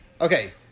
okay